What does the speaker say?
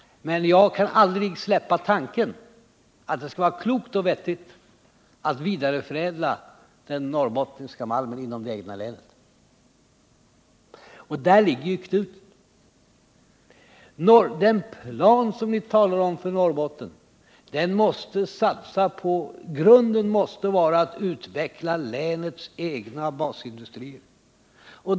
Men jag kan aldrig släppa tanken att det vore klokt och vettigt att vidareförädla den norrbottniska malmen inom det egna länet. Där ligger knuten. Grundvalen för den plan för Norrbotten som vi talar om måste vara att utveckla länets egna basindustrier.